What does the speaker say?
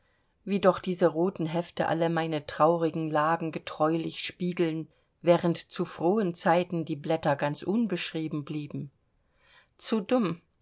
wie doch diese roten hefte alle meine traurigen lagen getreulich spiegeln während zu frohen zeiten die blätter ganz unbeschrieben blieben zu dumm